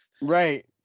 right